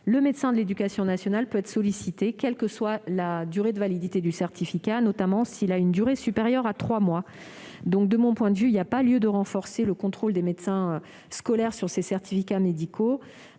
le médecin de l'éducation nationale peut être sollicité, quelle que soit la durée de validité du certificat, notamment s'il est supérieur à trois mois. De mon point de vue, il n'y a pas lieu de renforcer le contrôle des médecins scolaires sur ces certificats médicaux